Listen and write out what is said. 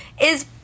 is-